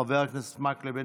חבר הכנסת מקלב,